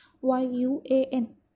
Y-U-A-N